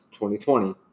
2020